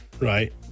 Right